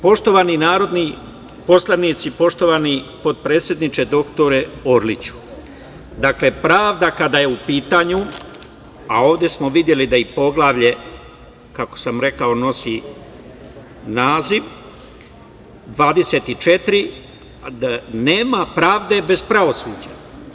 Poštovani narodni poslanici, poštovani potpredsedniče dr Orliću, pravda kada je u pitanju, a ovde smo videli da i poglavlje, kako sam rekao, nosi naziv 24, nema pravde bez pravosuđa.